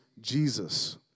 Jesus